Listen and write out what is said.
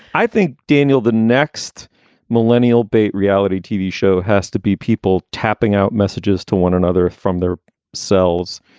i think daniel, the next millennial bait reality tv show has to be people tapping out messages to one another from their cells.